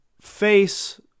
face